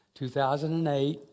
2008